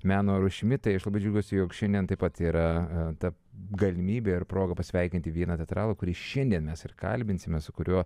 meno rūšimi tai aš labai džiaugiuosi jog šiandien taip pat yra ta galimybė ir proga pasveikinti vieną teatralą kurį šiandien mes ir kalbinsime su kuriuo